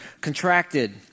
contracted